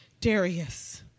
Darius